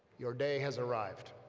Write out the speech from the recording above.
your day has arrived